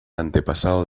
antepasado